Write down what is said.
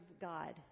God